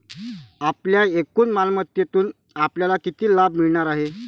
आपल्या एकूण मालमत्तेतून आपल्याला किती लाभ मिळणार आहे?